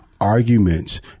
arguments